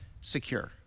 secure